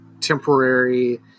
temporary